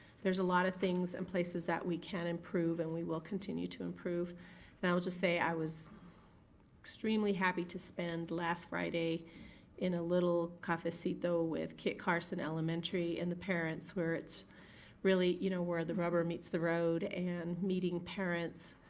there's a lot of things and places that we can improve and we will continue to improve and i will just say i was extremely happy to spend last friday in a little kind of with kit carson elementary and the parents where it really, you know, where the rubber meets the road and meeting parents